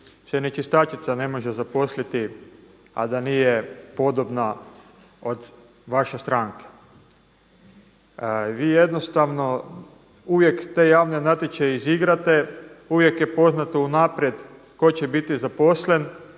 se ni čistačica ne može zaposliti, a da nije podobna od vaše stranke. Vi jednostavno uvijek te javne natječaje izigrate, uvijek je poznato unaprijed tko će biti zaposlen,